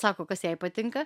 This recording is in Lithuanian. sako kas jai patinka